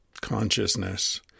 consciousness